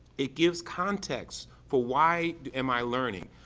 it gives context for why am i learning?